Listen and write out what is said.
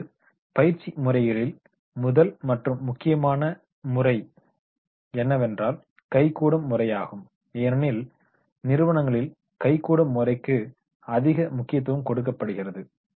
இப்போது பயிற்சி முறைகளில் முதல் மற்றும் முக்கியமான முறை என்னவென்றால் கைகூடும் முறையாகும் ஏனெனில் நிறுவனங்களில் கைகூடும் முறைக்கு அதிக முக்கியத்துவம் கொடுக்கப்படுகிறது